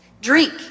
Drink